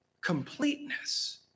completeness